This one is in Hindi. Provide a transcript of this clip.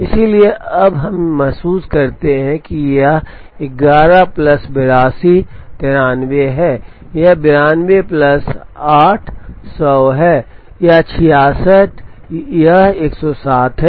इसलिए अब हम महसूस करते हैं कि यह 11 प्लस 82 93 है यह 92 प्लस 8 100 है यह 66 यह 107 है